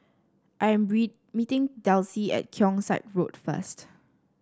I am meeting Delsie at Keong Saik Road first